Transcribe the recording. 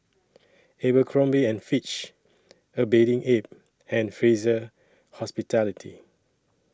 Abercrombie and Fitch A Bathing Ape and Fraser Hospitality